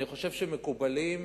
אני חושב שהם מקובלים.